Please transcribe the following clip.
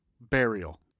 burial